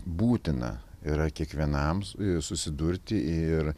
būtina yra kiekvienam susidurti ir